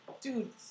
dude